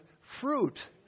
fruit